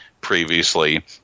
previously